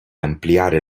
ampliare